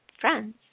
friends